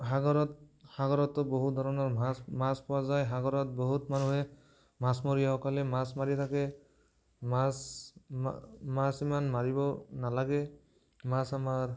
সাগৰত সাগৰতো বহু ধৰণৰ মাছ মাছ পোৱা যায় সাগৰত বহুত মানুহে মাছমৰীয়াসকলে মাছ মাৰি থাকে মাছ মাছ ইমান মাৰিব নালাগে মাছ আমাৰ